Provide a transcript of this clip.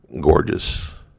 gorgeous